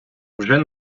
вже